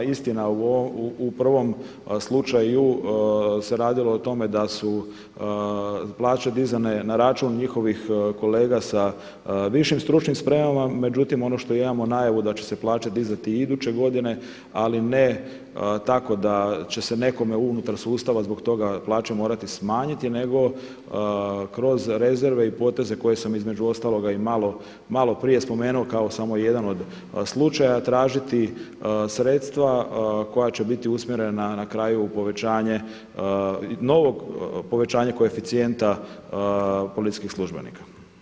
Istina u prvom slučaju se radilo o tome da su plaće dizane na račun njihovih kolega sa višim stručnim spremama, međutim ono što imamo najavu da će se plaće dizati i iduće godine ali ne tako da će se nekome unutar sustava zbog toga plaće morati smanjiti nego kroz rezerve i poteze koje sam između ostaloga i malo prije spomenuo kao samo jedan od slučaja, tražiti sredstva koja će biti usmjerena na kraju u povećanje novog, povećanje koeficijenta policijskih službenika.